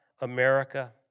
America